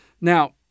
Now